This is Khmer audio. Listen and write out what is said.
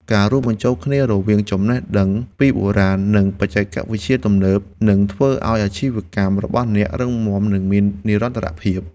ការរួមបញ្ចូលគ្នារវាងចំណេះដឹងពីបុរាណ និងបច្ចេកវិទ្យាទំនើបនឹងធ្វើឱ្យអាជីវកម្មរបស់អ្នករឹងមាំនិងមាននិរន្តរភាព។